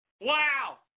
Wow